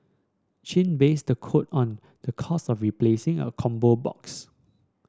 chin based the quote on the cost of replacing a combo box